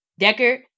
Deckard